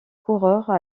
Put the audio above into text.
coureurs